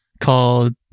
called